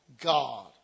God